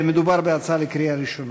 מדובר בהצעה לקריאה ראשונה.